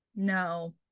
No